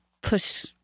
push